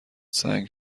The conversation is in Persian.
سنگ